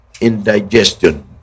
indigestion